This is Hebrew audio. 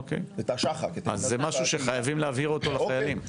אוקיי, אז זה משהו שחייבים להבהיר אותו לחיילים.